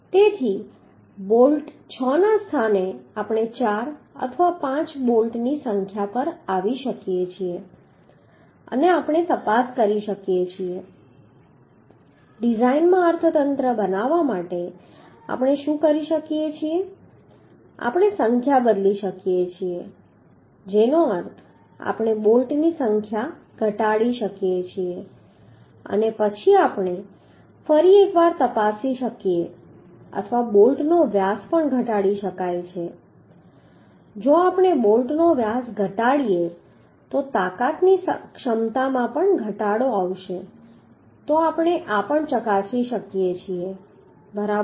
તેથી 6 બોલ્ટના સ્થાને આપણે 4 અથવા 5 બોલ્ટ ની સંખ્યા પર આવી શકીએ છીએ અને આપણે તપાસ કરી શકીએ છીએ ડિઝાઇનમાં અર્થતંત્ર બનાવવા માટે આપણે શું કરી શકીએ છીએ આપણે સંખ્યા બદલી શકીએ છીએ જેનો અર્થ આપણે બોલ્ટની સંખ્યા ઘટાડી શકીએ છીએ અને પછી આપણે ફરી એકવાર તપાસી શકીએ અથવા બોલ્ટનો વ્યાસ પણ ઘટાડી શકાય છે જો આપણે બોલ્ટનો વ્યાસ ઘટાડીએ તો તાકાતની ક્ષમતામાં પણ ઘટાડો થશે તો પણ આપણે ચકાસી શકીએ છીએ બરાબર